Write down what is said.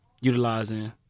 utilizing